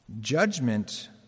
Judgment